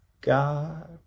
god